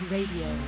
Radio